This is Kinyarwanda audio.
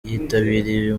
yitabiriye